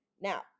Now